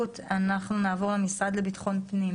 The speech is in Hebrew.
נעבור למשרד לביטחון פנים.